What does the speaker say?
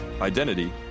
identity